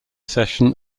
session